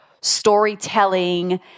storytelling